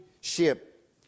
ship